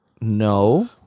No